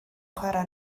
chwarae